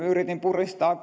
yritin puristaa